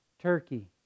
turkey